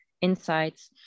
insights